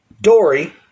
dory